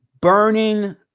Burning